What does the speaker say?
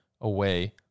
away